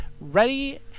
Ready